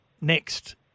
next